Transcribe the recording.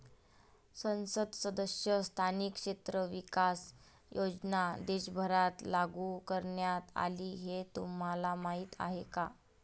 संसद सदस्य स्थानिक क्षेत्र विकास योजना देशभरात लागू करण्यात आली हे तुम्हाला माहीत आहे का?